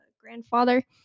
grandfather